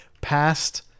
past